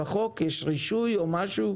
בחוק יש רישוי או משהו?